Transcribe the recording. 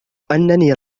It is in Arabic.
أنني